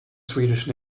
swedish